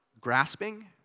grasping